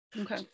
Okay